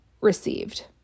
received